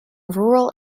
rural